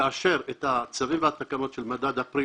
כאשר את הצווים ואת התקנות של מדד אפריל